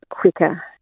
quicker